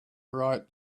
write